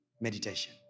meditation